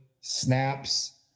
snaps